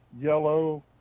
yellow